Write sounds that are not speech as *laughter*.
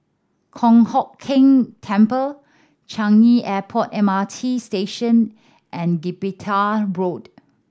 Kong Hock Keng Temple Changi Airport M R T Station and Gibraltar *unintelligible* Road